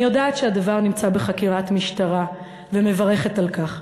אני יודעת שהדבר נמצא בחקירת משטרה ומברכת על כך.